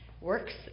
Work's